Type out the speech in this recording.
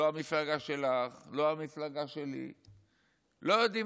לא המפלגה שלך ולא המפלגה שלי לא יודעים